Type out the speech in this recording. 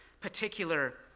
particular